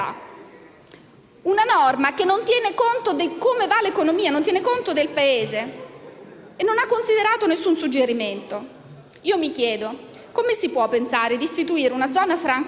una norma che non tiene conto di come va l'economia e del Paese, e non ha considerato nessun suggerimento. Mi chiedo come si possa pensare di istituire una zona franca urbana,